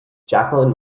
jacqueline